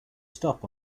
stop